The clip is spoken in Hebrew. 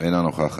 אינה נוכחת.